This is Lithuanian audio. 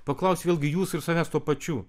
paklausiu vėlgi jūsų ir savęs tuo pačiu